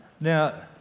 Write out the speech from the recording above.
Now